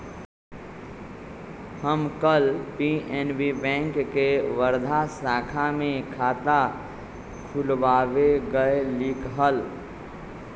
हम कल PNB bank के वर्धा शाखा में खाता खुलवावे गय लीक हल